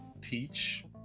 teach